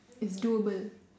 it's doable